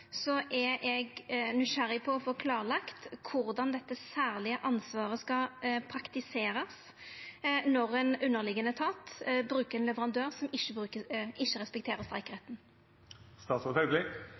er eg nysgjerrig på å få klarlagt korleis dette særlege ansvaret skal praktiserast når ein underliggjande etat bruker ein leverandør som ikkje